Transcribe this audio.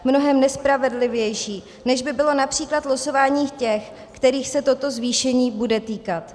Mnohem nespravedlivější, než by bylo například losování těch, kterých se toto zvýšení bude týkat.